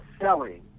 selling